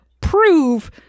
prove